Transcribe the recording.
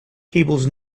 cables